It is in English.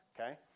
okay